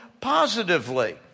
positively